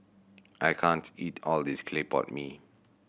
I can't eat all of this clay pot mee